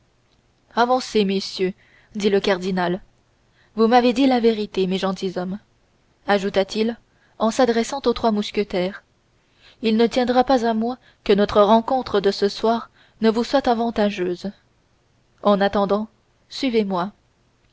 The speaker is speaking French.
paris avancez messieurs dit le cardinal vous m'avez dit la vérité mes gentilshommes dit-il en s'adressant aux trois mousquetaires il ne tiendra pas à moi que notre rencontre de ce soir ne vous soit avantageuse en attendant suivez-moi